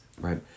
right